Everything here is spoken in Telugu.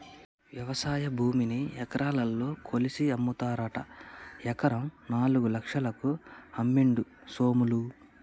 వ్యవసాయ భూమిని ఎకరాలల్ల కొలిషి అమ్ముతారట ఎకరం నాలుగు లక్షలకు అమ్మిండు సోములు